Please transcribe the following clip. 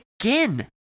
again